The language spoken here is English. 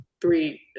three